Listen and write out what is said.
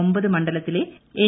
ഒമ്പത് മണ്ഡലത്തിലെ എൻ